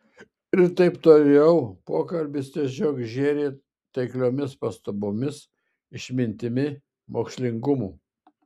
ir taip toliau pokalbis tiesiog žėri taikliomis pastabomis išmintimi mokslingumu